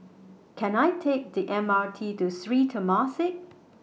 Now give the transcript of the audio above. Can I Take The M R T to Sri Temasek